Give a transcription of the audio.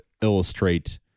illustrate